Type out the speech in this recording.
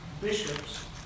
bishops